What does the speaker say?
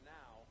now